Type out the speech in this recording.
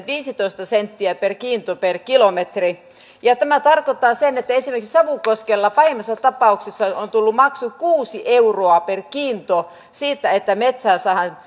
viisitoista senttiä per kiinto per kilometri tämä tarkoittaa että esimerkiksi savukoskella pahimmassa tapauksessa on tullut maksu kuusi euroa per kiinto siitä että